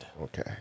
Okay